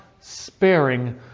sparing